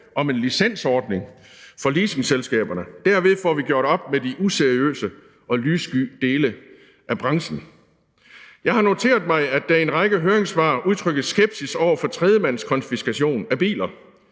om en licensordning for leasingselskaberne. Derved får vi gjort op med de useriøse og lyssky dele af branchen. Jeg har noteret mig, at der i en række høringssvar udtrykkes skepsis over for tredjemandskonfiskation af biler.